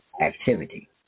activity